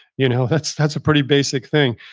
you know that's that's a pretty basic thing.